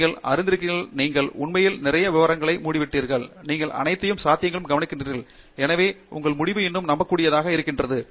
நீங்கள் அறிந்திருக்கிறீர்கள் நீங்கள் உண்மையில் நிறைய விவரங்களை மூடிவிட்டீர்கள் நீங்கள் அனைத்து சாத்தியங்களையும் கவனித்திருக்கிறீர்கள் எனவே உங்கள் முடிவு இன்னும் நம்பக்கூடியதாக இருக்கிறது